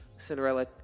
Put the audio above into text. Cinderella